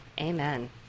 amen